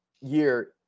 year